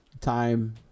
time